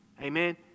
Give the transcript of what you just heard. Amen